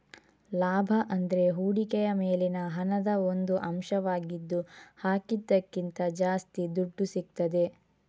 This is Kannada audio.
ಲಾಭ ಅಂದ್ರೆ ಹೂಡಿಕೆಯ ಮೇಲಿನ ಹಣದ ಒಂದು ಅಂಶವಾಗಿದ್ದು ಹಾಕಿದ್ದಕ್ಕಿಂತ ಜಾಸ್ತಿ ದುಡ್ಡು ಸಿಗ್ತದೆ